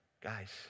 Guys